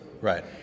Right